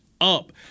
up